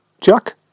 Chuck